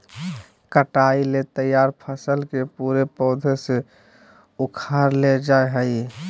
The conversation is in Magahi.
कटाई ले तैयार फसल के पूरे पौधा से उखाड़ लेल जाय हइ